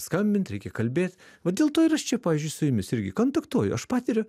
skambint reikia kalbėt vat dėl to ir aš čia pavyzdžiui su jumis irgi kantaktuoju aš patiriu